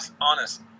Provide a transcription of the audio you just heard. honest